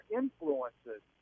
influences